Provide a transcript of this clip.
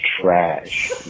trash